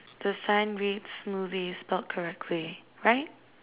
the sign reads smoothie spelt correctly right